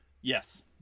Yes